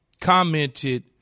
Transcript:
commented